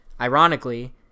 Ironically